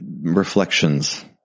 reflections